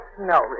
No